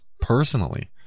personally